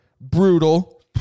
brutal